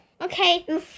okay